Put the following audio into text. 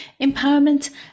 empowerment